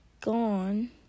gone